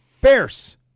Bears